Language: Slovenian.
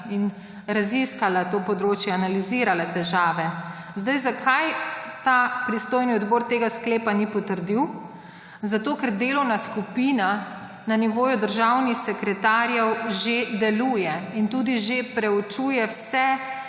in raziskala to področje, analizirala težave. Zakaj ta pristojni odbor tega sklepa ni potrdil? Zato, ker delovna skupina na nivoju državnih sekretarjev že deluje in tudi že preučuje vse